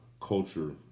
culture